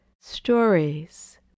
stories